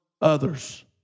others